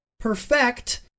perfect